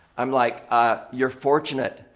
i'm like, ah, you're fortunate.